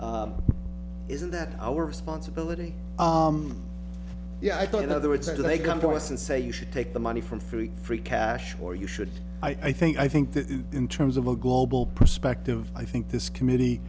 is that our responsibility yeah i thought in other words are they come to us and say you should take the money from free free cash or you should i think i think that in terms of a global perspective i think this committee